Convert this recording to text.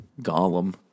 Gollum